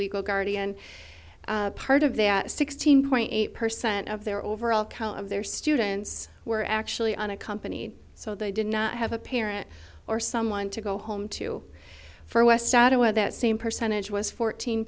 legal guardian part of that sixteen point eight percent of their overall count of their students were actually unaccompanied so they did not have a parent or someone to go home to for west shadow of that same percentage was fourteen